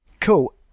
cool